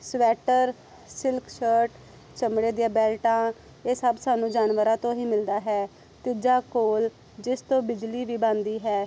sweater silk shirt ਚਮੜੇ ਦੀਆਂ ਬੈਲਟਾਂ ਇਹ ਸਭ ਸਾਨੂੰ ਜਾਨਵਰਾਂ ਤੋਂ ਹੀ ਮਿਲਦਾ ਹੈ ਤੀਜਾ ਕੋਲ ਜਿਸ ਤੋਂ ਬਿਜਲੀ ਵੀ ਬਣਦੀ ਹੈ